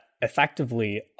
effectively